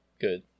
good